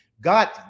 God